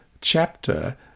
chapter